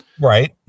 Right